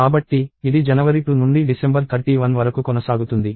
కాబట్టి ఇది జనవరి 2 నుండి డిసెంబర్ 31 వరకు కొనసాగుతుంది